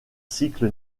cycle